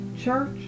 church